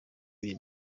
ibihe